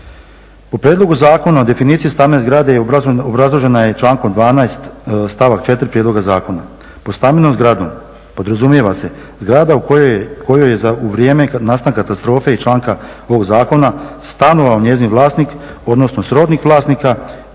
U prijedlogu zakona definicija stambene zgrade obrazložena je člankom 12. stavak 4. prijedloga zakona. Pod stambenom zgradom podrazumijeva se zgrada u kojoj je u vrijeme nastanka katastrofe iz članka ovog zakona stanovao njezin vlasnik odnosno srodnik vlasnika